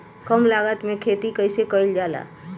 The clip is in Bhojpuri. कम लागत में खेती कइसे कइल जाला?